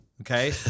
okay